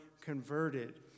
converted